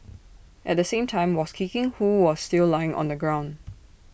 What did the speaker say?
at the same time was kicking who was still lying on the ground